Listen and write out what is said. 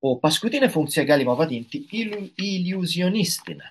o paskutinę funkciją galima vadinti iliu iliuzionistine